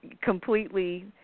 completely